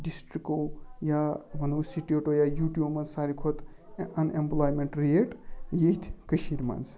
ڈِسٹرکو یا وَنو سِٹیٹو یا یوٗٹِیَوو منٛز ساروی کھۄتہٕ اَن ایٚمپلامیٚنٹ ریٹ ییٚتۍ کٔشیٖرِ منٛز